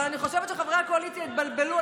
אבל אני חושבת שחברי הקואליציה התבלבלו,